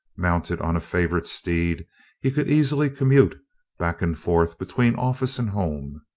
mounted on a favorite steed he could easily commute back and forth between office and home.